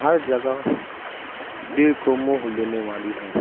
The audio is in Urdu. ہر جگہ دل کو موہ لینے والی ہے